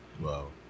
Wow